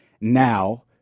now